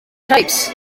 types